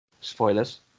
Spoilers